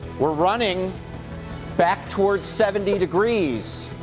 we're running back towards seventy degrees.